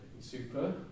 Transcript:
super